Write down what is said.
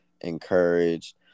encouraged